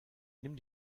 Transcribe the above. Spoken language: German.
nimm